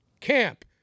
camp